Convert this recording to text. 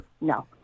No